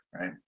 right